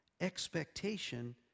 expectation